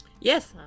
Yes